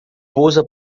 posa